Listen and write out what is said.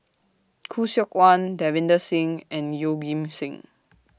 Khoo Seok Wan Davinder Singh and Yeoh Ghim Seng